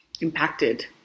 impacted